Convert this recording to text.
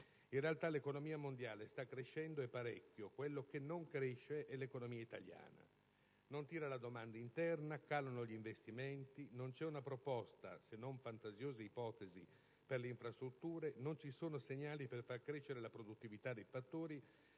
In realtà, l'economia mondiale sta crescendo e parecchio: quella che non cresce è l'economia italiana. Non tira la domanda interna; calano gli investimenti; non c'è una proposta, se non fantasiose ipotesi, per le infrastrutture; non ci sono segnali per far crescere la produttività dei fattori,